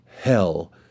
hell